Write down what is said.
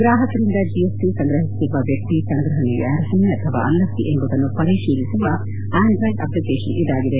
ಗ್ರಾಪಕರಿಂದ GST ಸಂಗ್ರಹಿಸುತ್ತಿರುವ ವ್ಯಕ್ತಿ ಸಂಗ್ರಪಣೆಗೆ ಅರ್ಷನೆ ಆಥವಾ ಅಲ್ಲವೇ ಎಂಬುದನ್ನು ಪರಿಹೀಲಿಸುವ ಆಂಡ್ರಾಯ್ಡ್ ಅಪ್ಲಿಕೇಷನ್ ಇದಾಗಿದೆ